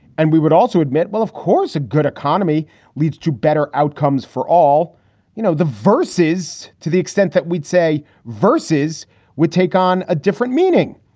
and we would also admit, well, of course, a good economy leads to better outcomes for all you know the verses. to the extent that we'd say verses would take on a different meaning.